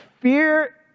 fear